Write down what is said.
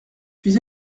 puis